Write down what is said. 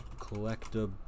Collectible